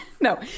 No